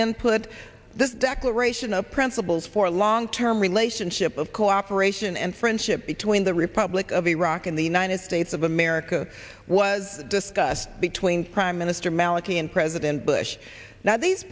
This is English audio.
input this declaration of principles for long term relationship of cooperation and friendship between the republic of iraq and the united states of america was discussed between prime minister maliki and president bush now these